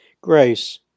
grace